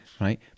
right